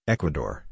Ecuador